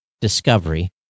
discovery